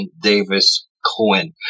Davis-Cohen